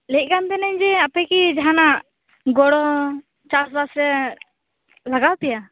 ᱞᱟ ᱭᱮᱫ ᱠᱟᱱ ᱛᱟᱦᱮᱱᱤᱧ ᱡᱮ ᱟᱯᱮ ᱠᱤ ᱡᱟᱦᱟᱱᱟᱜ ᱜᱚᱲᱚ ᱪᱟᱥᱵᱟᱥ ᱨᱮ ᱞᱟᱜᱟᱣ ᱟᱯᱮᱭᱟ